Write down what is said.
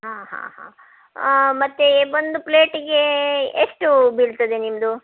ಆಂ ಹಾಂ ಹಾಂ ಮತ್ತು ಒಂದು ಪ್ಲೇಟಿಗೆ ಎಷ್ಟು ಬೀಳ್ತದೆ ನಿಮ್ಮದು